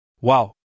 Wow